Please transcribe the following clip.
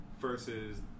versus